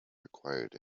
required